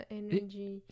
energy